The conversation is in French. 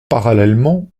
parallèlement